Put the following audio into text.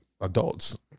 adults